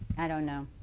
i don't know.